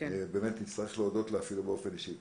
באמת נצטרך להודות לה אפילו באופן אישי.